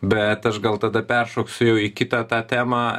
bet aš gal tada peršoksiu jau į kitą tą temą